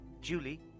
Julie